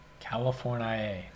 California